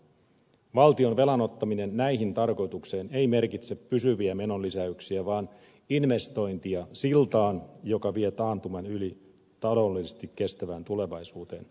valtion velan ottaminen näihin tarkoituksiin ei merkitse pysyviä menonlisäyksiä vaan investointia siltaan joka vie taantuman yli taloudellisesti kestävään tulevaisuuteen